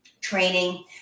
training